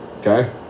okay